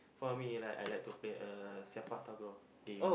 for me you like I like to play uh Sepak-Takraw game